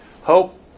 Hope